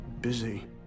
busy